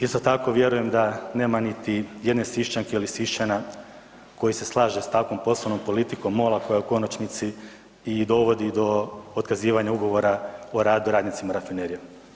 Isto tako vjerujem da nema niti jedne Sišćanke ili Sišćana koji se slaže s takvom poslovnom politikom MOL-a koja u konačnici i dovodi do otkazivanja Ugovora o radu radnicima rafinerije.